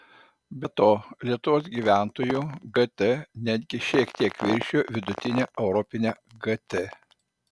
be to lietuvos gyventojų gt netgi šiek tiek viršijo vidutinę europinę gt